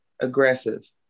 aggressive